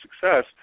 success